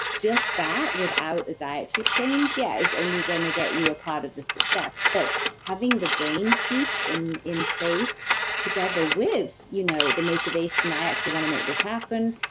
just that without a dietary change, yeah, is and only going to get you a part of the success, but having the brain piece in in place together with you know the motivation i actually want to make this happen.